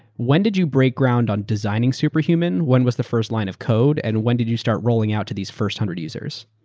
when did you break ground on designing superhuman? when was the first line of code? and when did you start rolling out to these first hundred users?